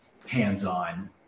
hands-on